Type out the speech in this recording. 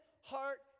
heart